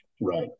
right